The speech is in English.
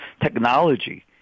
technology